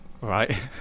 Right